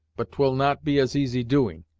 but twill not be as easy doing.